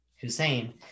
Hussein